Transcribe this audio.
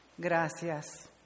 gracias